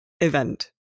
event